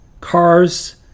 Cars